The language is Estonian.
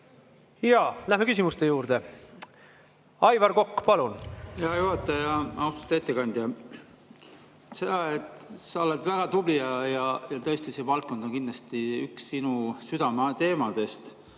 Lähme küsimuste juurde. Aivar Kokk, palun! Hea juhataja! Austatud ettekandja! Sa oled väga tubli ja tõesti, see valdkond on kindlasti üks sinu südameteemadest.